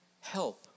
Help